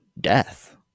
death